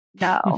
No